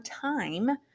time